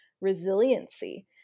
resiliency